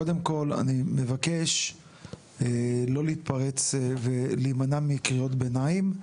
קודם כל אני מבקש לא להתפרץ ולהימנע מקריאות ביניים,